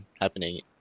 happening